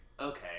Okay